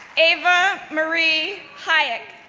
eva marie hayek,